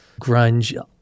grunge